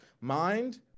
mind